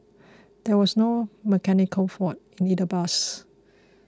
there was no mechanical fault in either bus